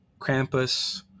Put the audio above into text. Krampus